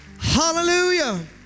Hallelujah